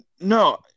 no